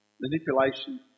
manipulation